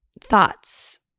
thoughts